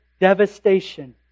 devastation